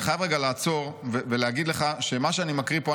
אני חייב רגע לעצור ולהגיד לך שמה שאני מקריא פה,